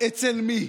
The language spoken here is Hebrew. אצל מי?